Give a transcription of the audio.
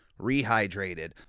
Rehydrated